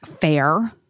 Fair